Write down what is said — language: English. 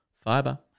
fiber